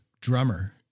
drummer